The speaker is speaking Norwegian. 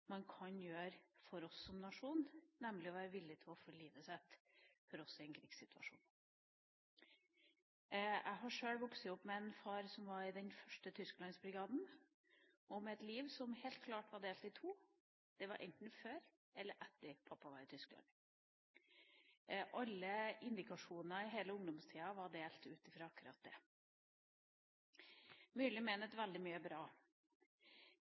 man kan gjøre for oss som nasjon, nemlig å være villig til å ofre livet sitt for oss i en krigssituasjon. Jeg har sjøl vokst opp med en far som var i den første Tysklandsbrigaden, og med et liv som helt klart var delt i to: Det var enten før eller etter pappa var i Tyskland. Alle indikasjoner i hele ungdomstida var delt ut fra akkurat det. Myrli mener at veldig mye er bra.